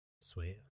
Sweet